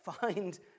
find